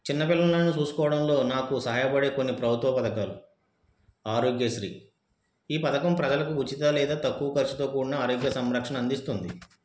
చిన్నపిల్లలను చూసుకోవడంలో నాకు సహాయపడే కొన్ని ప్రభుత్వ పథకాలు ఆరోగ్యశ్రీ ఈ పథకం ప్రజలకు ఉచిత లేదా తక్కువ ఖర్చుతో కూడిన ఆరోగ్య సంరక్షణ అందిస్తుంది